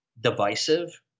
divisive